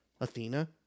Athena